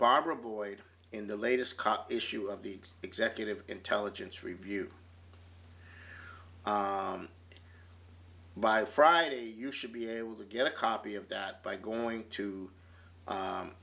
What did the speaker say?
barbara boyd in the latest copy issue of the executive intelligence review by friday you should be able to get a copy of that by going to